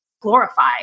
Glorified